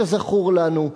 כזכור לנו,